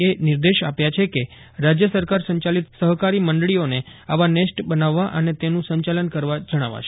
એ નિર્દેશ આપ્યાં છે કે રાજ્ય સરકાર સંચાલિત સહકારી મંડળીઓને આવા નેસ્ટ બનાવવા અને તેનું સંચાલન કરવા જજ્ઞાવાશે